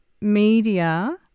media